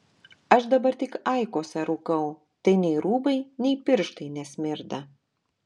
aš dabar tik aikosą rūkau tai nei rūbai nei pirštai nesmirda